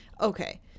Okay